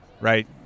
right